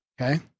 Okay